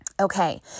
Okay